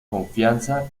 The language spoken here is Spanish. confianza